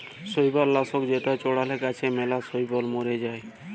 শৈবাল লাশক যেটা চ্ড়ালে গাছে ম্যালা শৈবাল ম্যরে যায়